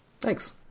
Thanks